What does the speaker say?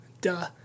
duh